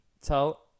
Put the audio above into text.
Tell